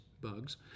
bugs